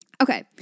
Okay